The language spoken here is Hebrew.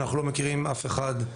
אנחנו לא מכירים אף אחד.